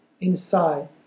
inside